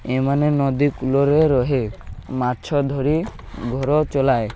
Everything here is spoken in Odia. ଏମାନେ ନଦୀ କୂଲରେ ରହେ ମାଛ ଧରି ଘର ଚଲାଏ